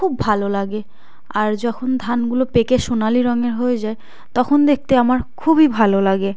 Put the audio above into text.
খুব ভালো লাগে আর যখন ধানগুলো পেকে সোনালি রঙের হয়ে যায় তখন দেখতে আমার খুবই ভালো লাগে